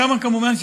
כמובן,